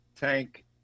Tank